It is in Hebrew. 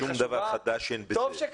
שום דבר חדש אין בזה.